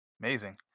amazing